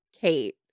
Kate